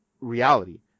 reality